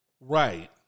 right